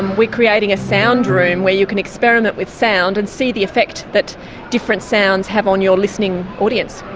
we're creating a sound room where you can experiment with sound and see the effects that different sounds have on your listening audience.